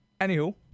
anywho